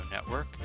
Network